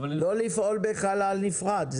לא לפעול בחלל נפרד.